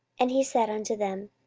and he said unto them,